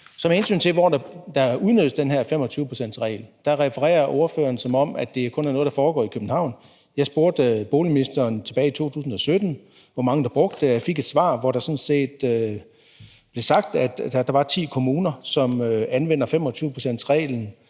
Med hensyn til hvor man udnytter den her 25-procentsregel, så refererer ordføreren til det, som om det kun er noget, der foregår i København. Jeg spurgte boligministeren tilbage i 2017 om, hvor mange der brugte det, og jeg fik et svar, hvor der sådan set blev sagt, at der er ti kommuner, som anvender 25-procentsreglen